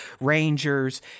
Rangers